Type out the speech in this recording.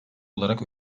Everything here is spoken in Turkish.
olarak